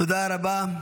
תודה רבה.